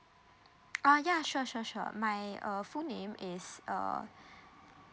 ah yeah sure sure sure my err full name is uh